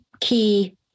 key